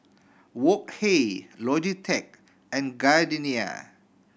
Wok Hey Logitech and Gardenia